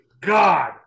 God